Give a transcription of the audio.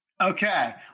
Okay